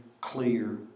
clear